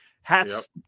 hats